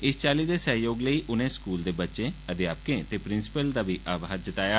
इस चाल्ली दे सैहयोग लेई उनें स्कूल दे बच्चें अध्यापकें ते प्रिंसिपल दा बी आभार जताया